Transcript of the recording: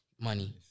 Money